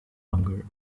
longer